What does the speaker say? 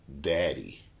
daddy